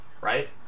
right